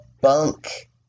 bunk